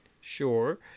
sure